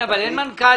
אבל אין מנכ"לים.